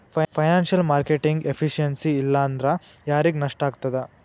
Financial marketing efficiency ಇಲ್ಲಾಂದ್ರ ಯಾರಿಗ್ ನಷ್ಟಾಗ್ತದ?